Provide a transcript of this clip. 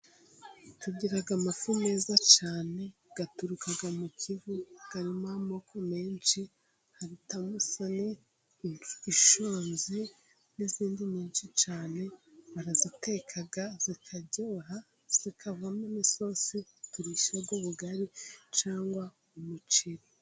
Tugira amafi meza cyane aturukaga mu kivu, arimo amoko menshi cyane, harimo: tomusoni, inshonzi n'izindi nyinshi cyane, baraziteka, zikaryoha, zikavamo n'isosi turisha ubugari cyangwa imiceri.